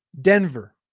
Denver